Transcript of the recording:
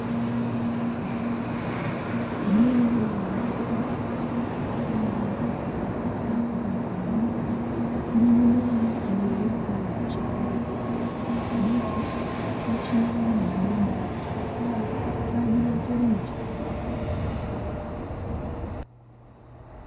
Eneo lenye mabomba yaliyopangwa katika safu zilizonyooka yenye mimea iliyoota na kuchipua kwa rangi ya kijani kibichi, kuashiria ni maboba yatumikayo kwa ajili ya kilimo cha haidroponiki.